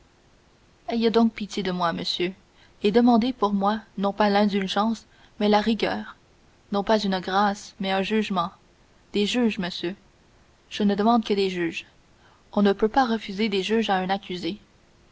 ayez donc pitié de moi monsieur et demandez pour moi non pas l'indulgence mais la rigueur non pas une grâce mais un jugement des juges monsieur je ne demande que des juges on ne peut pas refuser des juges à un accusé